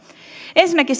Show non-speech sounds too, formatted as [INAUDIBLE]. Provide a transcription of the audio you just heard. ensinnäkin [UNINTELLIGIBLE]